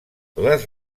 les